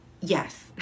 yes